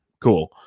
Cool